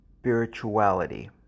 spirituality